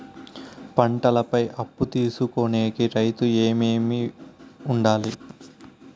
పంటల పై అప్పు తీసుకొనేకి రైతుకు ఏమేమి వుండాలి?